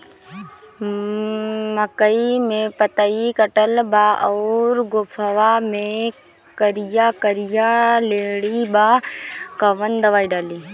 मकई में पतयी कटल बा अउरी गोफवा मैं करिया करिया लेढ़ी बा कवन दवाई डाली?